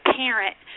parent